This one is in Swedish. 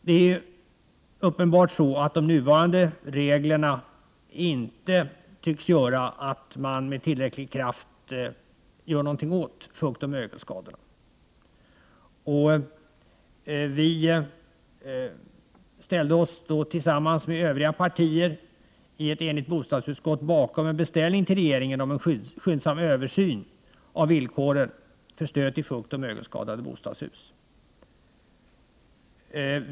Det är ju uppenbart att nuvarande regler inte tycks göra att man med tillräcklig kraft gör någonting åt fuktoch mögelskadorna. Vi ställde oss därför, tillsammans med övriga partier i ett enigt bostadsutskott, bakom en beställning till regeringen om en skyndsam översyn av villkoren för stöd till fuktoch mögelskadade bostadshus.